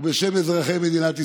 ובשם אזרחי מדינת ישראל.